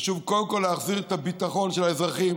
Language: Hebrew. חשוב קודם כול להחזיר את הביטחון של האזרחים